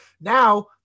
now